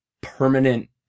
permanent